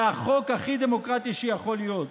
זה החוק הכי דמוקרטי שיכול להיות.